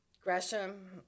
Gresham